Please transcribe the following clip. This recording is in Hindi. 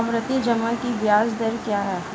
आवर्ती जमा की ब्याज दर क्या है?